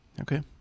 okay